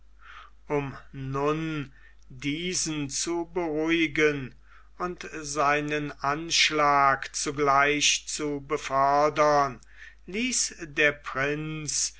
um nun diesen zu beruhigen und seinen anschlag zugleich zu befördern ließ der prinz